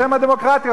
בשם הדמוקרטיה,